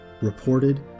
reported